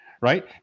Right